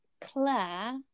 Claire